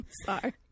Sorry